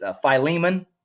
Philemon